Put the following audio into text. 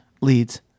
leads